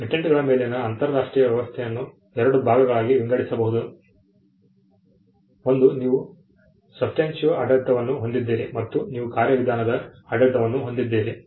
ಪೇಟೆಂಟ್ಗಳ ಮೇಲಿನ ಅಂತರರಾಷ್ಟ್ರೀಯ ವ್ಯವಸ್ಥೆಯನ್ನು ಎರಡು ಭಾಗಗಳಾಗಿ ವಿಂಗಡಿಸಬಹುದು ಒಂದು ನೀವು ಸಬ್ಸ್ಟಾಂಟಿವ್ ಆಡಳಿತವನ್ನು ಹೊಂದಿದ್ದೀರಿ ಮತ್ತು ನೀವು ಕಾರ್ಯವಿಧಾನದ ಆಡಳಿತವನ್ನು ಹೊಂದಿದ್ದೀರಿ